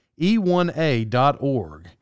e1a.org